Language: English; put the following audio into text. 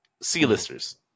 C-listers